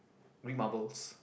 read marbles